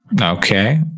Okay